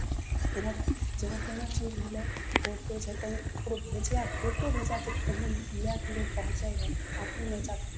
जेना जेना कोनो चीज भेलय फोटो छै कहीँ ककरो भेजयके फोटो भेजयके छै तऽ पहिने लए कऽ लोक पहुँचैत रहय आब ओ नहि होइ छै